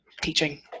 teaching